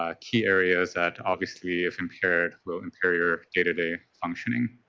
ah key areas that obviously if impaired will impair your day-to-day functioning.